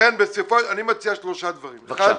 אני מציע שלושה דברים: אחד,